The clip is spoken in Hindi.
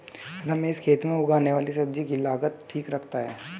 रमेश खेत में उगने वाली सब्जी की लागत ठीक रखता है